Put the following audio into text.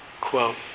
quote